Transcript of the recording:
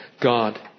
God